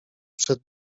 przed